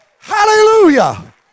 Hallelujah